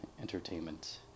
Entertainment